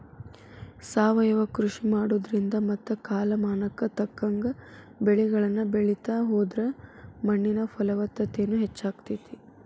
ಸಾವಯವ ಕೃಷಿ ಮಾಡೋದ್ರಿಂದ ಮತ್ತ ಕಾಲಮಾನಕ್ಕ ತಕ್ಕಂಗ ಬೆಳಿಗಳನ್ನ ಬೆಳಿತಾ ಹೋದ್ರ ಮಣ್ಣಿನ ಫಲವತ್ತತೆನು ಹೆಚ್ಚಾಗ್ತೇತಿ